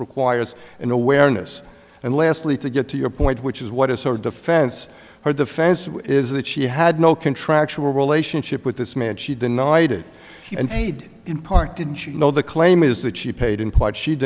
requires an awareness and lastly to get to your point which is what is her defense her defense is that she had no contractual relationship with this man she denied it and paid in part didn't she know the claim is that she paid in part she